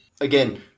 Again